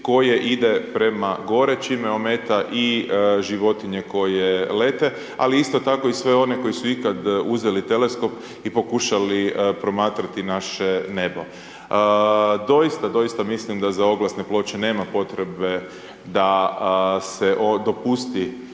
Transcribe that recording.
koje ide prema gore čime ometa i životinje koja lete ali isto tako i sve one koji su ikad uzeli teleskop i pokušali promatrati naše nebo. Doista, doista mislim da za oglasne ploče nema potrebe da se dopusti